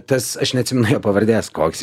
tas aš neatsimenu pavardės koks